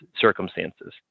circumstances